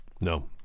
No